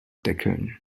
deckeln